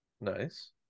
Nice